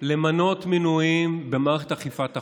למנות מינויים במערכת אכיפת החוק,